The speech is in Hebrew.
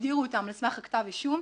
שהגדירו אותם על סמך כתב האישום,